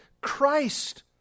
christ